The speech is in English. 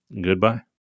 goodbye